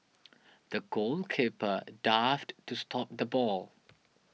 the goalkeeper dived to stop the ball